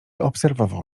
obserwował